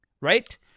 right